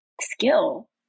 skill